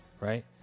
right